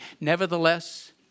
Nevertheless